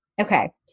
Okay